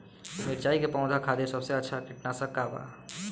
मिरचाई के पौधा खातिर सबसे अच्छा कीटनाशक का बा?